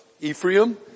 Ephraim